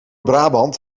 brabant